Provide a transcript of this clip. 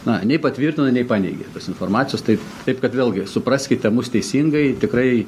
na nei patvirtino nei paneigė informacijos taip taip kad vėlgi supraskite mus teisingai tikrai